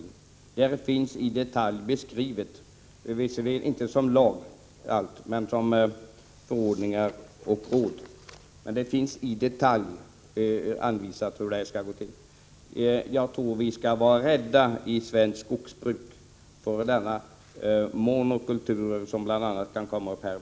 Detta finns i detalj beskrivet. Allt står visserligen inte i lagen men det finns med i förordningar och råd. Man har emellertid i detalj anvisat hur det skall gå till. Jag tror att vi i svenskt skogsbruk skall vara rädda för de monokulturer som börjar bli vanliga.